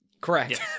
correct